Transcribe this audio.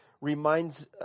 reminds